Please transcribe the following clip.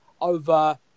over